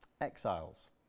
Exiles